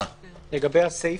לגבי הסיפה.